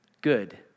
good